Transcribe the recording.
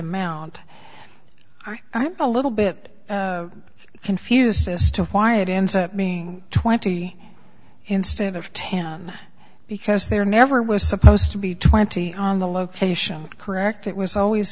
amount or i'm a little bit confused as to why it ends up being twenty instead of ten because there never was supposed to be twenty on the location correct it was always